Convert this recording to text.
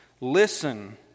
Listen